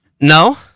no